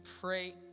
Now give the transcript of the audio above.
pray